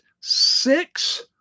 six